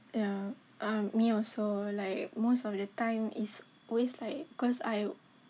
ya uh me also like most of the time is always like cause I